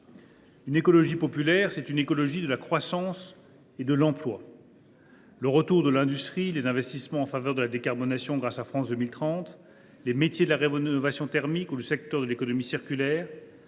Une écologie populaire, c’est une écologie de la croissance et de l’emploi. « Retour de l’industrie, investissements en faveur de la décarbonation grâce à France 2030, métiers de la rénovation thermique ou du secteur de l’économie circulaire